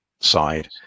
side